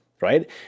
right